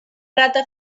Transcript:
rata